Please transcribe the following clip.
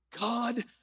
God